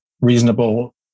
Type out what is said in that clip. reasonable